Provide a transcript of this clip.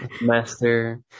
master